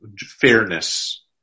fairness